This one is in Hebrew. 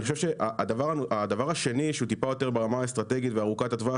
הדבר השני שהוא טיפה יותר ברמה האסטרטגית וארוכת הטווח,